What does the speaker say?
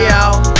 out